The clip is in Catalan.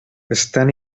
estant